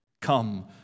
Come